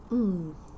mm